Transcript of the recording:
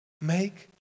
make